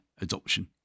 adoption